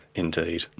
indeed,